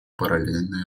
параллельные